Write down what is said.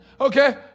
Okay